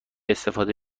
استفاده